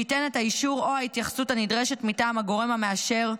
וייתן את האישור או ההתייחסות הנדרשת מטעם הגורם המאשר,